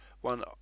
one